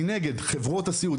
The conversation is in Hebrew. מנגד חברות הסיעוד,